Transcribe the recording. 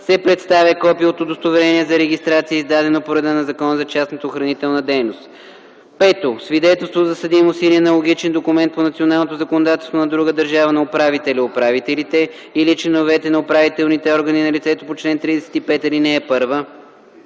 се представя копие от удостоверение за регистрация, издадено по реда на Закона за частната охранителна дейност; 5. свидетелство за съдимост или аналогичен документ по националното законодателство на друга държава на управителя/управителите или членовете на управителните органи на лицето по чл. 35, ал.